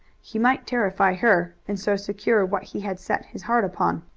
he might terrify her, and so secure what he had set his heart upon.